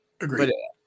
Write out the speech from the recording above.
Agreed